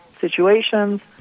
situations